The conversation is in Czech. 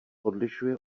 odlišuje